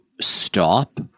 stop